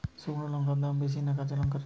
শুক্নো লঙ্কার দাম বেশি না কাঁচা লঙ্কার?